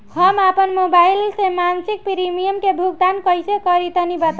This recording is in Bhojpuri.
हम आपन मोबाइल से मासिक प्रीमियम के भुगतान कइसे करि तनि बताई?